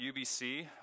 UBC